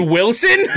Wilson